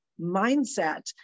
mindset